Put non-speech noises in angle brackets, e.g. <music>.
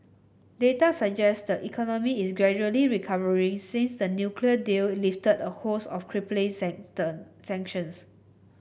data suggest the economy is gradually recovering since the nuclear deal lifted a host of crippling <unintelligible> sanctions